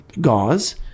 gauze